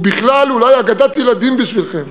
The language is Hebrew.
הוא אולי בכלל אגדת ילדים בשבילכם.